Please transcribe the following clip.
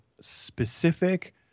specific